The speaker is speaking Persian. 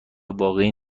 واقعی